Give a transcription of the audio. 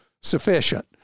sufficient